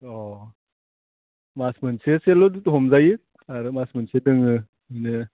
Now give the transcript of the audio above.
अह मास मोनसेसोल' हमजायो आरो मास मोनसे दोङो